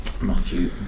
Matthew